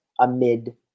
amid